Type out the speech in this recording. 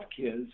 kids